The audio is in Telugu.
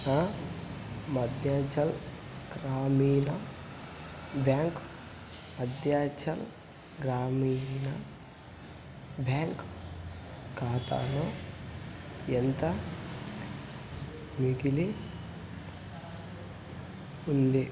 నా మధ్యాంచల్ గ్రామీణ బ్యాంక్ మధ్యాంచల్ గ్రామీణ బ్యాంక్ ఖాతాలో ఎంత మిగిలి ఉంది